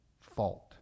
fault